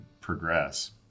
progress